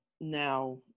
Now